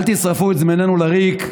אל תשרפו את זמננו לריק.